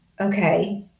okay